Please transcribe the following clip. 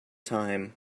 time